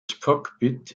cockpit